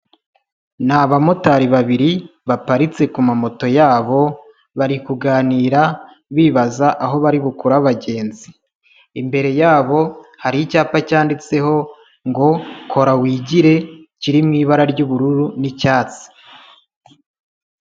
Ni abamotari babiri baparitse ku ma moto yabo, bari kuganira bibaza aho bari bukure abagenzi, imbere yabo hari icyapa cyanditseho ngo kora wigire kiri mu ibara ry'ubururu n'icyatsi.